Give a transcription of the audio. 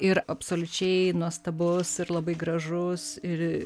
ir absoliučiai nuostabus ir labai gražus ir